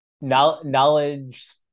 knowledge